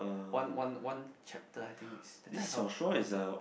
one one one chapter I think is that time I count counted